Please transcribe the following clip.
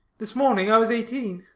this morning i was eighteen.